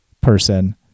person